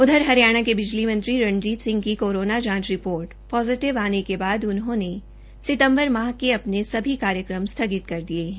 उधर हरियाणा के बिजली मंत्री रणजीत सिंह की कोरोना जांच रिपोर्ट पॉजीटिव आने के बाद उन्होंने सितंबर माह के अपने सभी कार्यक्रम स्थगित कर दिए हैं